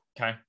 okay